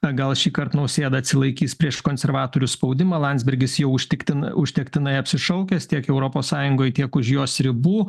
na gal šįkart nausėda atsilaikys prieš konservatorių spaudimą landsbergis jau užtektin užtektinai apsišaukęs tiek europos sąjungoj tiek už jos ribų